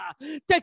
take